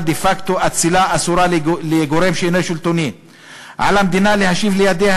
דה-פקטו אצילה אסורה לגורם שאינו שלטוני; 2. על המדינה להשיב לידיה